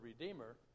Redeemer